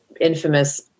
infamous